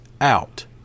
out